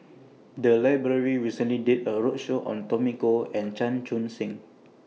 The Library recently did A roadshow on Tommy Koh and Chan Chun Sing